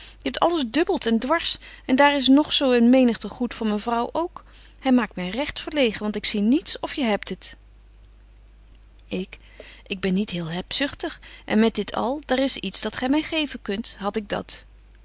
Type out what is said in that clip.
je hebt alles dubbelt en dwars en daar is nog zo een menigte goed van myn vrouw ook hy maakt my recht verlegen want ik zie niets of je hebt het betje wolff en aagje deken historie van mejuffrouw sara burgerhart ik ik ben niet heel hebzugtig en met dit al daar is iets dat gy my geven kunt had ik dat